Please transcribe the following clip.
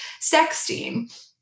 sexting